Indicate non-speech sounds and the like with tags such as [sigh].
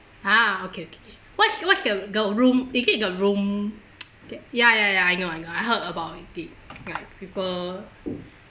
ah okay okay what's what's the the room is it the room [noise] ge~ ya ya ya I know I know I heard about it right people